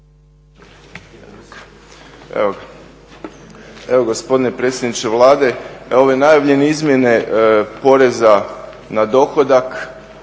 Gospodine predsjedniče Vlade, ove najavljene izmjene poreza na dohodak,